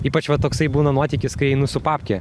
ypač va toksai būna nuotykis kai einu su papke